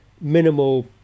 minimal